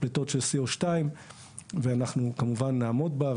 פליטות של C02 ואנחנו כמובן נעמוד בה,